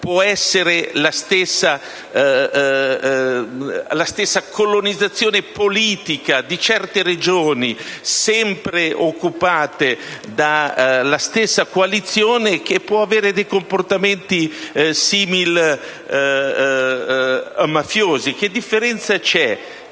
del Sud. La stessa colonizzazione politica di certe regioni sempre occupate dalla stessa coalizione può determinare dei comportamenti similmafiosi. Che differenza c'è